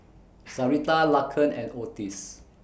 Sarita Laken and Ottis